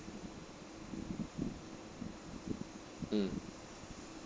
mm